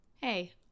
Hey